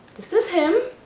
this is him.